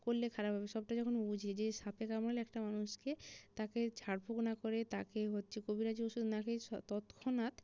করলে খারাপ হবে সবটা যখন বুঝিয়ে যে সাপে কামড়ালে একটা মানুষকে তাকে ঝাড় ফুক না করে তাকে হচ্ছে কবিরাজি ওষুধ নাগিয়ে তৎক্ষণাৎ